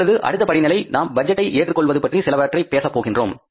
இப்பொழுது அடுத்த படிநிலை நாம் பட்ஜெட்டை ஏற்றுக் கொள்வது பற்றி சிலவற்றை பேசப் போகின்றோம்